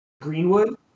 greenwood